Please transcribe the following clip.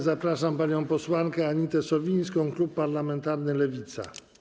Zapraszam panią posłankę Anitę Sowińską, klub parlamentarny Lewica.